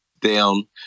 down